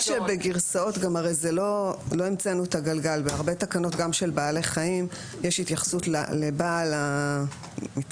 לא המצאנו את הגלגל ובהרבה תקנות גם בעלי חיים יש התייחסות לבעל המתחם.